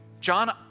John